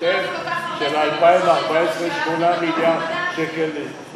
כל כך הרבה, לא שמעתי.